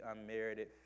unmerited